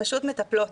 פשוט מטפלות.